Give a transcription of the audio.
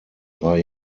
drei